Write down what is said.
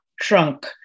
trunk